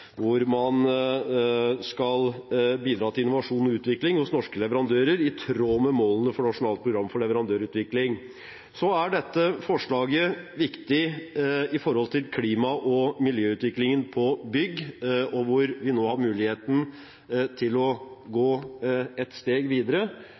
hvor bruk av tre har en lang tradisjon. Det er nok å vise til det som er forslag til vedtak I i saken, om at man skal bidra til innovasjon og utvikling hos norske leverandører i tråd med målene for Nasjonalt program for leverandørutvikling. Dette forslaget er viktig når det gjelder klima-